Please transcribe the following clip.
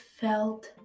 felt